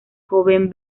joven